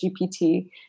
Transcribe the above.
GPT